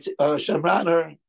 Shemraner